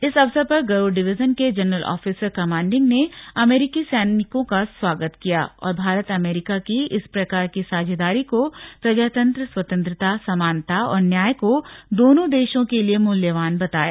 इस अवसर पर गरूड़ डिविजन के जनरल ऑफिसर कमांडिंग ने अमेरिकी सैनिकों का स्वागत किया और भारत अमेरिका की इस प्रकार की साझेदारी को प्रजातंत्र स्वतंत्रता समानता और न्याय को दोनों देशओं के लिए मूल्यवान बताया